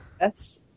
Yes